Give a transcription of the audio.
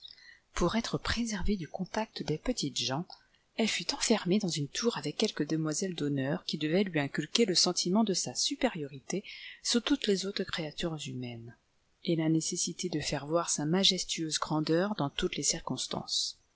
pour être préservée du contact des petites gens elle fut enfermée dans une tour avec quelques demoiselles d'honneur qui devaient lui inculquer le sentiment de sa supériorité sur toutes les autres créatures humai nés et la nécessité de faire voir sa majestueuse grandeur dans toutes les circonstances